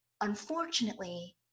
Unfortunately